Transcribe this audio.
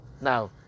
Now